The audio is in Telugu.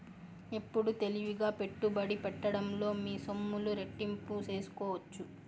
ఎప్పుడు తెలివిగా పెట్టుబడి పెట్టడంలో మీ సొమ్ములు రెట్టింపు సేసుకోవచ్చు